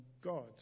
God